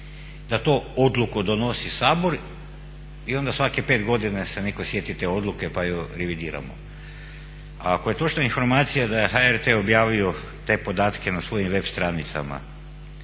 da tu odluku donosi Sabor i onda svakih 5 godina se netko sjeti te odluke pa ju revidiramo. A ako je točna informacija da je HRT objavio te podatke na svojim web stranicama